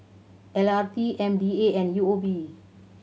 L R T M D A and U O B